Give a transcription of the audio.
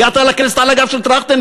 הגעת לכנסת על הגב של טרכטנברג.